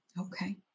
Okay